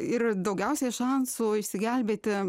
ir daugiausiai šansų išsigelbėti